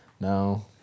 No